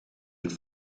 het